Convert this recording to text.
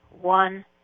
one